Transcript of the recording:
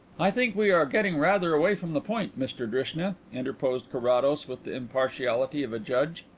i think we are getting rather away from the point, mr drishna, interposed carrados, with the impartiality of a judge.